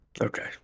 Okay